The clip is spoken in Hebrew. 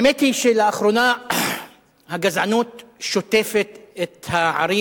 האמת היא שלאחרונה הגזענות שוטפת את הערים